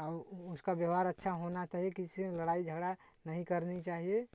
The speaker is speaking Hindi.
आ उसका व्यवहार अच्छा होना तो ये किसी से लड़ाई झगड़ा नहीं करनी चाहिए